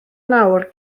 nawr